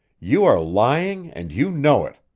you are lying and you know it!